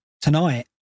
tonight